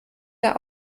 der